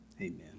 amen